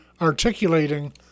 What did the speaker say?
articulating